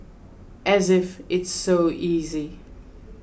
as if it's so easy